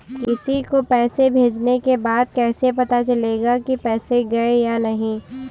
किसी को पैसे भेजने के बाद कैसे पता चलेगा कि पैसे गए या नहीं?